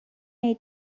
may